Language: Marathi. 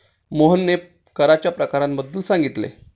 मोहनने कराच्या प्रकारांबद्दल सांगितले